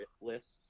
lists